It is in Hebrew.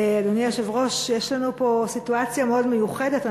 אדוני היושב-ראש, יש לנו פה סיטואציה מאוד מיוחדת.